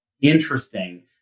interesting